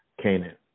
Canaan